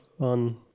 on